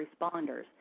responders